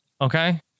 Okay